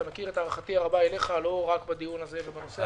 אתה מכיר את הערכתי הרבה אליך לא רק בדיון הזה ובנושא הזה,